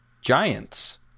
giants